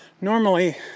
Normally